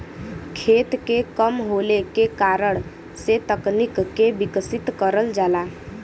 खेत के कम होले के कारण से तकनीक के विकसित करल जाला